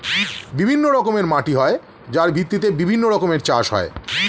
বিভিন্ন রকমের মাটি হয় যার ভিত্তিতে বিভিন্ন রকমের চাষ হয়